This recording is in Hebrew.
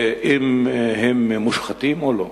אם הם מושחתים או לא,